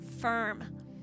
firm